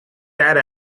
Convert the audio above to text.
that